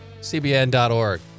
CBN.org